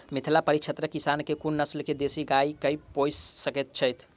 मिथिला परिक्षेत्रक किसान केँ कुन नस्ल केँ देसी गाय केँ पोइस सकैत छैथि?